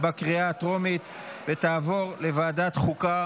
לוועדת החוקה,